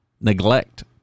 neglect